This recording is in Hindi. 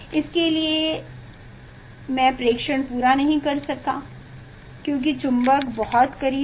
इसके लिए मैं प्रेक्षण पूरा नहीं कर सका क्योंकि चुंबक बहुत करीब था